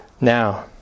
Now